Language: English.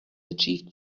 achieve